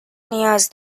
نیاز